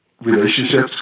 relationships